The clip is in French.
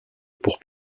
pour